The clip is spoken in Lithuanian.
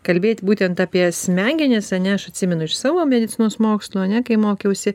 kalbėt būtent apie smegenis ane aš atsimenu iš savo medicinos mokslų ane kai mokiausi